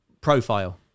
profile